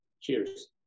cheers